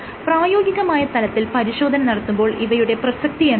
പ്രായോഗികമായ തലത്തിൽ പരിശോധന നടത്തുമ്പോൾ ഇവയുടെ പ്രസക്തിയെന്താണ്